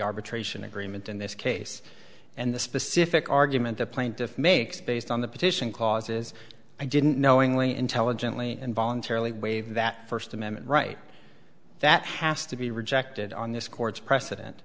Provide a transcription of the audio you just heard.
arbitration agreement in this case and the specific argument the plaintiff makes based on the petition causes i didn't knowingly intelligently and voluntarily waive that first amendment right that has to be rejected on this court's precedent